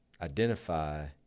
identify